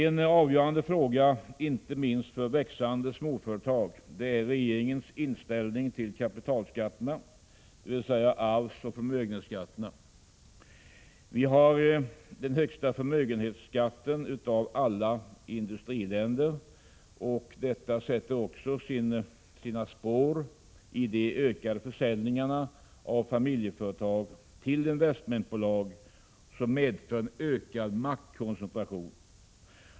En avgörande fråga inte minst för växande småföretag är regeringens inställning till kapitalskatterna, dvs. arvsoch förmögenhetsskatterna. Vi har den högsta förmögenhetsskatten av alla industriländer, och detta sätter också sina spår i de ökade försäljningarna av familjeföretag till investmentbolag, vilket medför ökad maktkoncentration.